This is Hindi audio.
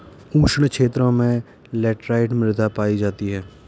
उष्ण क्षेत्रों में लैटराइट मृदा पायी जाती है